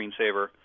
screensaver